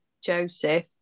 Joseph